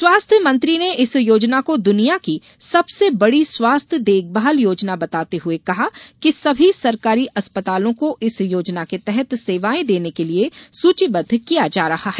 स्वास्थ्य मंत्री ने इस योजना को दुनिया की सबसे बड़ी स्वास्थ्य देखभाल योजना बताते हुए कहा कि सभी सरकारी अस्पतालों को इस योजना के तहत सेवाएं देने के लिये सूचीबद्ध किया जा रहा है